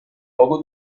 luogo